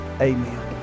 amen